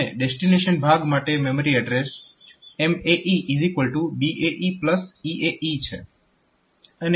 અને ડેસ્ટીનેશન ભાગ માટે memory address MAE BAE EAE છે